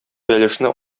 бәлешне